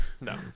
No